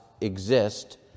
exist